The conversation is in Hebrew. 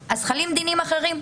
אז חלים דינים אחרים.